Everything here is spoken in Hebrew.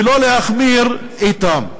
ולא להחמיר אתם.